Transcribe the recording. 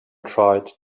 tried